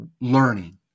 learning